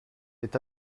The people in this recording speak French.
est